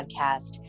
podcast